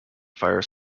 fire